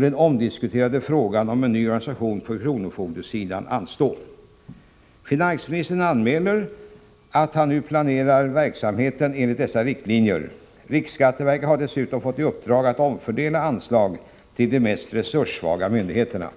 den omdiskuterade frågan om en ny organisation på kronofogdesidan bör anstå i avvaktan på dessa utredningar. Finansministern har anmält att han nu planerar verksamheten enligt dessa riktlinjer. Riksskatteverket har dessutom fått i uppdrag att omfördela anslag till de mest resurssvaga myndigheterna.